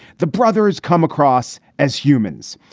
the brothers come across as humans.